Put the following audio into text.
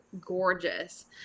gorgeous